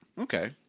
Okay